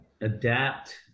adapt